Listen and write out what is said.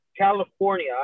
california